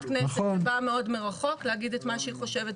כנסת שבאה מאוד מרחוק להגיד את מה שהיא חושבת,